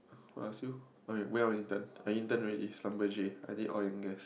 who ask you when when I intern I intern already I did all in gas